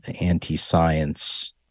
anti-science